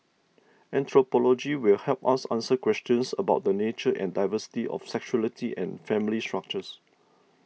anthropology will help us answer questions about the nature and diversity of sexuality and family structures